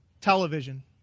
television